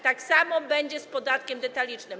Tak samo będzie z podatkiem detalicznym.